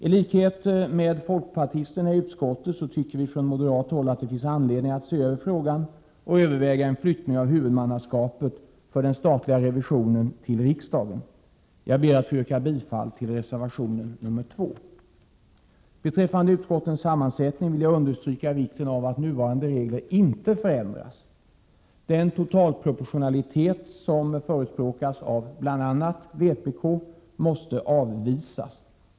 I likhet med folkpartisterna i utskottet tycker vi moderater att det finns anledning att se över frågan och överväga en överflyttning av huvudmanna skapet för den statliga revisionen till riksdagen. Jag ber att få yrka bifall till reservation 2. Beträffande utskottens sammansättning vill jag understryka vikten av att nuvarande regler inte ändras. Den totalproportionalitet som förespråkas bl.a. av vpk måste avvisas.